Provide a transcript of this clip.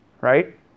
right